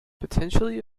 potentially